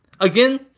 again